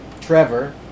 Trevor